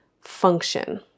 function